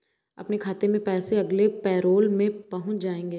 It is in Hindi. आपके खाते में पैसे अगले पैरोल में पहुँच जाएंगे